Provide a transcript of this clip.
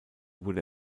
wurde